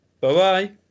Bye-bye